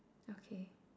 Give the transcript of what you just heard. okay